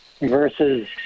versus